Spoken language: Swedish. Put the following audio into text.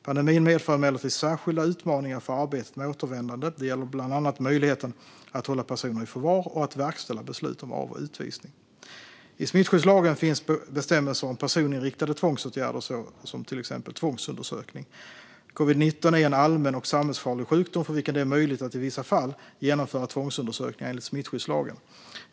Pandemin medför emellertid särskilda utmaningar för arbetet med återvändande. Det gäller bland annat möjligheten att hålla personer i förvar och att verkställa beslut om av och utvisning. I smittskyddslagen finns bestämmelser om personinriktade tvångsåtgärder såsom till exempel tvångsundersökning. Covid-19 är en allmän och samhällsfarlig sjukdom för vilken det är möjligt att i vissa fall genomföra tvångsundersökningar enligt smittskyddslagen.